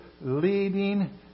leading